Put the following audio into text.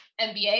NBA